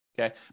okay